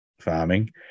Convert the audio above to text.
farming